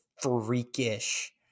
freakish